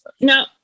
no